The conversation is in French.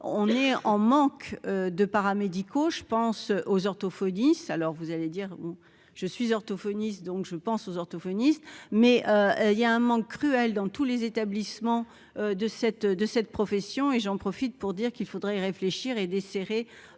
on est en manque de paramédicaux, je pense aux orthophonistes, alors vous allez dire je suis orthophoniste, donc je pense aux orthophonistes, mais il y a un manque cruel dans tous les établissements de cette, de cette profession et j'en profite pour dire qu'il faudrait réfléchir et desserrer